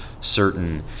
certain